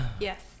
Yes